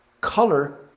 color